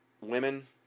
women